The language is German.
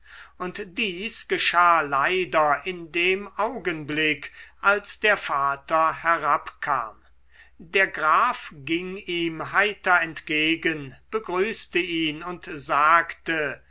und dies geschah leider in dem augenblick als der vater herabkam der graf ging ihm heiter entgegen begrüßte ihn und sagte